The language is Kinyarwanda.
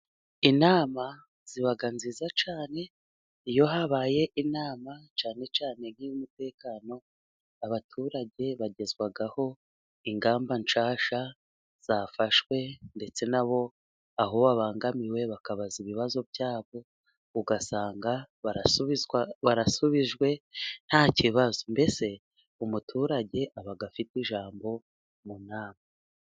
Inama ziba nziza cyane. Iyo habaye inama cyane cyane nki'y'umutekano, abaturage bagezwaho ingamba nshyashya zafashwe ndetse nabo aho babangamiwe bakabaza ibibazo byabo, ugasanga barasubijwe nta kibazo. Mbese umuturage aba afite ijambo mu nama.